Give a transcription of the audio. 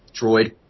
droid